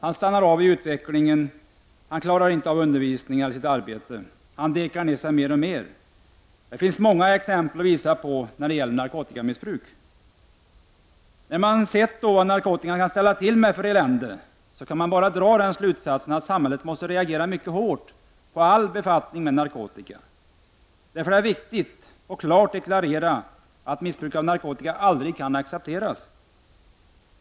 Han stannar av i utvecklingen, klarar inte av t.ex. undervisningen eller sitt arbete. Han dekar ner sig mer och mer. Det finns många sådana exempel att visa på. När man har sett vilket elände narkotikan kan ställa till med, så kan man bara dra den slutsatsen att samhället måste reagera mycket hårt på all befattning med narkotika. Därför är det viktigt att klart deklarera att missbruk av narkotika aldrig kan accepteras.